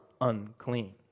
unclean